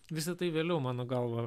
visa tai vėliau mano galva